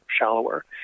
shallower